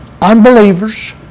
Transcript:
unbelievers